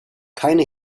keine